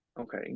Okay